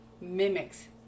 mimics